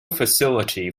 facility